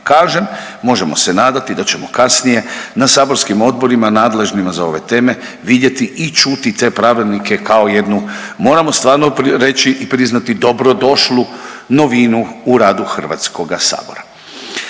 Kažem, možemo se nadati da ćemo kasnije na saborskim odborima nadležnima za ove teme vidjeti i čuti te pravilnike kao jednu, moramo stvarno reći i priznati, dobrodošlu novinu u radu HS-a. Čl.